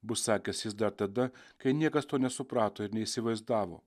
bus sakęs jis dar tada kai niekas to nesuprato ir neįsivaizdavo